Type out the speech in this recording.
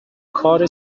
کار